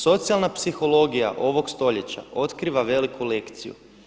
Socijalna psihologija ovog stoljeća otkriva veliku lekciju.